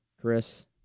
Chris